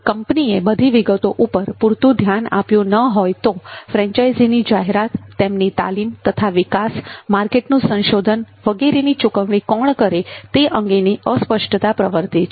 કંપનીએ બધી વિગતો ઉપર પૂરતું ધ્યાન આપ્યું ન હોય તો ફ્રેન્ચાઇઝીની જાહેરાત તેમની તાલીમ તથા વિકાસ માર્કેટનું સંશોધન વગેરેની ચુકવણી કોણ કરે તે અંગેની સ્પષ્ટતા પ્રવર્તે છે